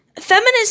feminism